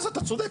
אז אתה צודק,